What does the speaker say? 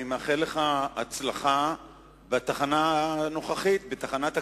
אני מאחל לך הצלחה בתחנה הנוכחית, בתחנת הכנסת.